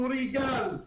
צור יגאל,